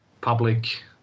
public